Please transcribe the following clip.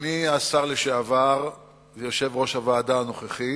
אדוני השר לשעבר ויושב-ראש הוועדה הנוכחית,